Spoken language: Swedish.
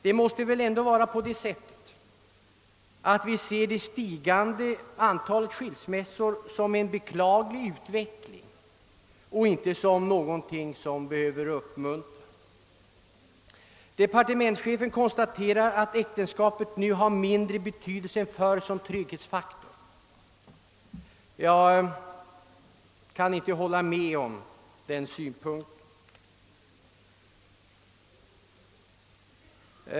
Vi måste väl ändå se det stigande antalet skilsmässor som en beklaglig utveckling och inte som någonting som behöver uppmuntras. Departementschefen konstaterar att äktenskapet betyder mindre som trygghetsfaktor nu än det gjorde tidigare. Jag kan inte hålla med honom på den punkten.